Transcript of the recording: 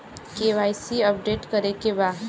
KYC update करे के बा?